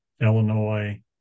Illinois